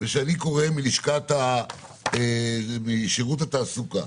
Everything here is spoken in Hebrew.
ושאני קורא משירות התעסוקה,